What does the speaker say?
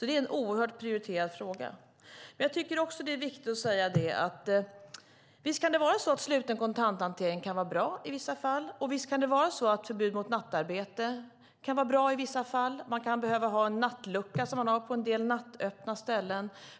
Det är en oerhört prioriterad fråga. Visst kan sluten kontanthantering vara bra i vissa fall. Och visst kan det vara så att förbud mot nattarbete är bra i vissa fall. Man kan behöva ha en nattlucka, som man har på en del nattöppna ställen.